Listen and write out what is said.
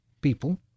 people